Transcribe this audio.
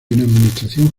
administración